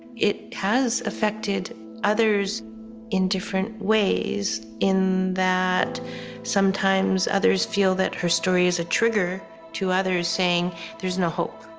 it has affected others in different ways in that sometimes others feel that her story is a trigger to others saying there's no hope.